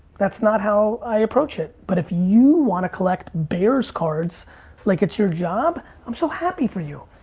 that's not how i approach it but if you wanna collect bears cards like it's your job, i'm so happy for you.